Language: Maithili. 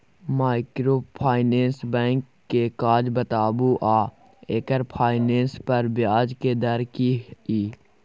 माइक्रोफाइनेंस बैंक के काज बताबू आ एकर फाइनेंस पर ब्याज के दर की इ?